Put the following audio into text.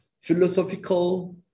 philosophical